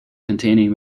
containing